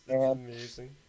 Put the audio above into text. amazing